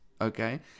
okay